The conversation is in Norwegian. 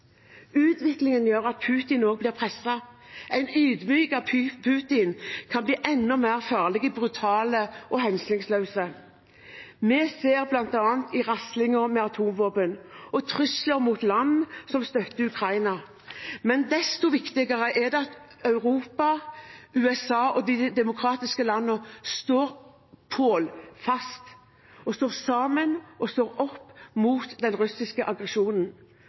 Utviklingen gjør at Putin også blir presset. En ydmyket Putin kan bli enda farligere, enda mer brutal og enda mer hensynsløs. Vi ser bl.a. raslingen med atomvåpen og trusler mot land som støtter Ukraina. Desto viktigere er det at Europa, USA og de demokratiske landene står «pålfast» sammen og står opp mot den russiske